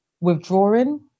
withdrawing